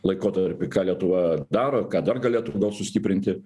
laikotarpį ką lietuva daro ką dar galėtų gar sustiprinti